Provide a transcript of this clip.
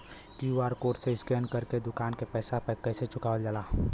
QR code से scan कर के दुकान के पैसा कैसे चुकावल जाला?